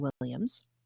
Williams